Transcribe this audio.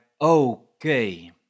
okay